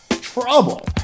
Trouble